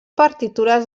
partitures